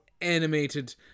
animated